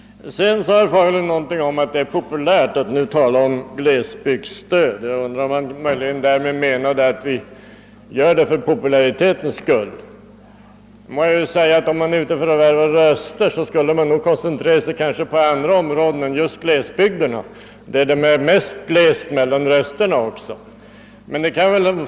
Herr Fagerlund sade att det är populärt att nu tala om glesbygdsstöd, och det föreföll som om han därmed menade att vi gör det för popularitetens skull. Är man ute för att värva röster borde man nog koncentrera sig på andra områden än just glesbygderna, där det också är glesast mellan rösterna.